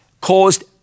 caused